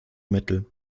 mittel